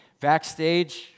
backstage